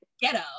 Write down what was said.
ghetto